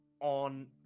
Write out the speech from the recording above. on